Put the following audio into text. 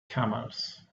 camels